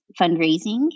fundraising